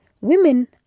women